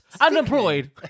Unemployed